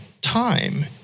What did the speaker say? time